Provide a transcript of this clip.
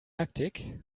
taktik